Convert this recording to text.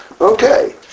Okay